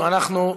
לא,